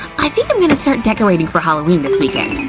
i think i'm gonna start decorating for halloween this weekend!